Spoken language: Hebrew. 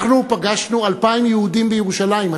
אנחנו פגשנו 2,000 יהודים בירושלים.